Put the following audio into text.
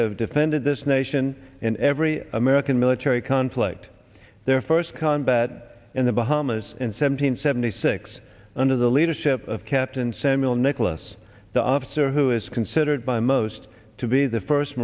have defended this nation in every american military conflict their first combat in the bahamas in seven hundred seventy six under the leadership of captain samuel nicholas the officer who is considered by most to be the first